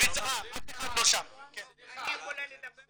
--- אני יכולה לדבר?